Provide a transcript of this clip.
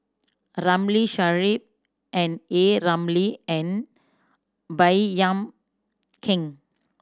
Ramli Sarip and A Ramli and Baey Yam Keng